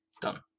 Done